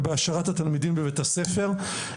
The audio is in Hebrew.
ובהשארת התלמידים בבית הספר.